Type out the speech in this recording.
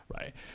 right